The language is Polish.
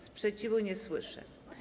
Sprzeciwu nie słyszę.